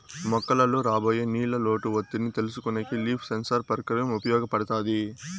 మొక్కలలో రాబోయే నీళ్ళ లోటు ఒత్తిడిని తెలుసుకొనేకి లీఫ్ సెన్సార్ పరికరం ఉపయోగపడుతాది